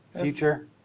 future